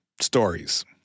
stories